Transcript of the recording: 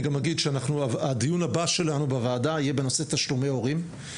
אני גם אגיד שהדיון הבא שלנו בוועדה יהיה בנושא תשלומי הורים,